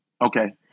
Okay